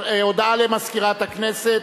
הודעה למזכירת הכנסת.